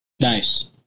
Nice